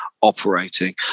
operating